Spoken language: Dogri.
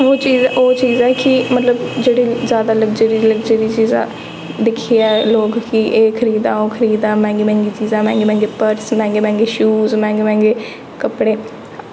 ओह् चीज़ ओह् चीज़ मतलब ऐ कि जेह्ड़ी जादै लग्जरी चीजां दिक्खियै लोक कि एह् खरीददा ओह् खरीददा मैंह्गी मैंह्गी चीज़ां मैंह्गे मैंह्गे पर्स मैंह्गे मैंह्गे शूज़ मैंह्गे मैंह्गे कपड़े